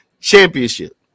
Championship